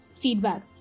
feedback